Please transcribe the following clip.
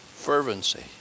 Fervency